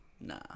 Nah